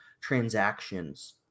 transactions